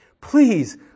Please